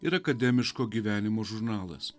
ir akademiško gyvenimo žurnalas